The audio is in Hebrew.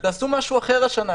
תעשו משהו אחר השנה,